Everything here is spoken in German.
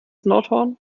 nordhorn